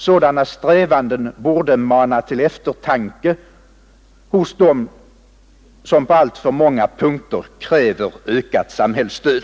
Sådana strävanden borde mana till eftertanke hos dem som på alltför många punkter kräver ökat samhällsstöd.